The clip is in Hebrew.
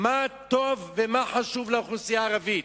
מה טוב ומה חשוב לאוכלוסייה הערבית,